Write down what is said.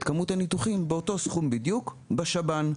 כמות הניתוחים באותו סכום בדיוק בשב"ן.